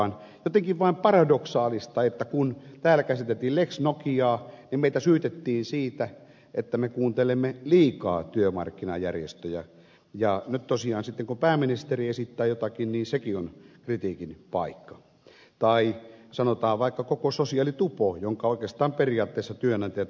jotenkin vain paradoksaalista että kun täällä käsiteltiin lex nokiaa niin meitä syytettiin siitä että me kuuntelemme liikaa työmarkkinajärjestöjä ja nyt tosiaan sitten kun pääministeri esittää jotakin niin sekin on kritiikin paikka tai sanotaan vaikka koko sosiaalitupo jonka oikeastaan periaatteessa työnantajat ja työntekijät sopivat